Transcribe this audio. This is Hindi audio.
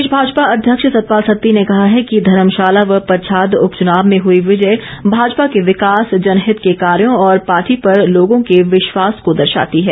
प्रदेश भाजपा अध्यक्ष सतपाल सत्ती ने कहा है कि धर्मशाला व पच्छाद उपचुनाव में हुई विजय भाजपा के विकास जनहित के कार्यों और पार्टी पर लोगों के विश्वास को दर्शाती है